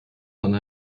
von